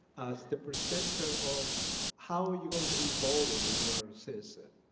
it's the perception of how are you going to be voting if you are a citizen?